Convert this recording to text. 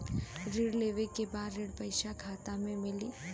ऋण लेवे के बाद ऋण का पैसा खाता में मिली?